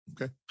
Okay